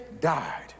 died